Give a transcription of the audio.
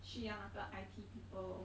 需要那个 I_T people